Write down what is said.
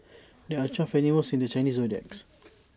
there are twelve animals in the Chinese zodiacs